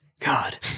God